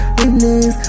witness